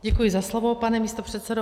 Děkuji za slovo, pane místopředsedo.